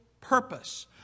purpose